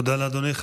תודה לאדוני.